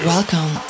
Welcome